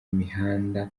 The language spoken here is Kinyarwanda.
imihanda